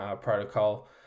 protocol